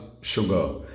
sugar